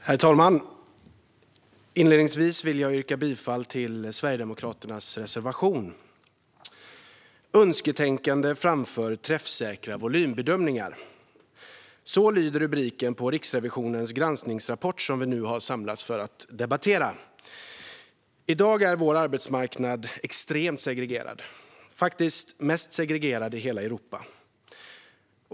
Herr talman! Inledningsvis vill jag yrka bifall till Sverigedemokraternas reservation. Önsketänkande framför träffsäkra volymbedömningar - så lyder en del av rubriken på Riksrevisionens granskningsrapport som vi nu har samlats för att debattera. I dag är vår arbetsmarknad extremt segregerad, faktiskt mest segregerad i hela Europa.